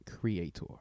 creator